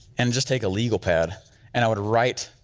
and just take a legal pad and i would write